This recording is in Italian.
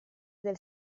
del